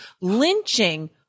lynching